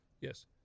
Yes